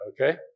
Okay